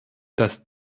dass